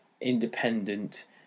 independent